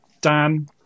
Dan